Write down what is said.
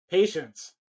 Patience